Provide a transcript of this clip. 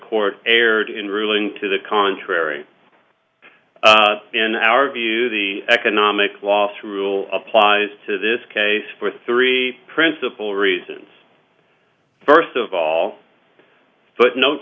court erred in ruling to the contrary in our view the economic loss rule applies to this case for three principle reasons first of all footnote